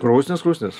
krūsnis krūsnis